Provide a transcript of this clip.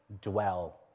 dwell